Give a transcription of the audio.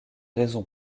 raison